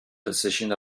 position